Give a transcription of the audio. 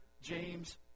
James